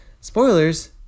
spoilers